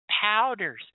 powders